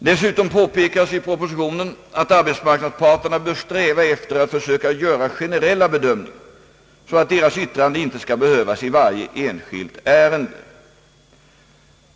Dessutom påpekas i propositionen att arbetsmarknadsparterna bör sträva efter att försöka göra generella bedömningar så att deras yttrande inte skall behövas i varje särskilt ärende.